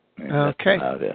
Okay